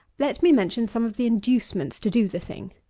let me mention some of the inducements to do the thing.